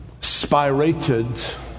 spirated